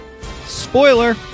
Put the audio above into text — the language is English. Spoiler